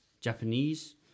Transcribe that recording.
Japanese